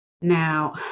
Now